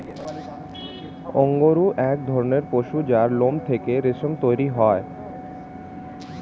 অঙ্গরূহ এক ধরণের পশু যার লোম থেকে রেশম তৈরি হয়